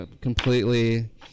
completely